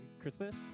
Christmas